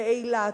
באילת,